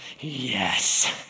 yes